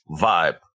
vibe